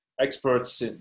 experts